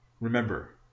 remember